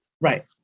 Right